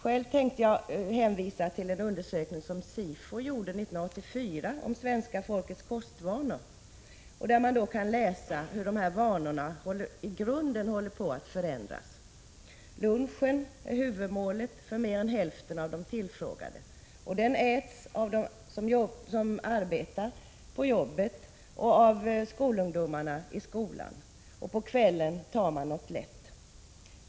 Själv vill jag hänvisa till en undersökning av SIFO 1984 om svenska folkets kostvanor. Man kan läsa hur dessa vanor i grunden håller på att förändras. Lunchen är huvudmålet för mer än hälften av de tillfrågade. Den äts av dem som arbetar på jobbet och av skolungdomarna i skolan. På kvällen tar man något lätt.